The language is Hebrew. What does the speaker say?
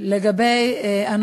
יש לך בשורה לגבי התקציב?